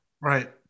right